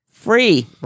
Free